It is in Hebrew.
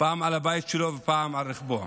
פעם על הבית שלו ופעם על רכבו,